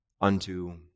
unto